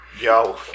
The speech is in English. Yo